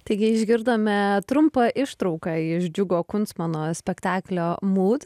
taigi išgirdome trumpą ištrauką iš džiugo kunsmano spektaklio mūd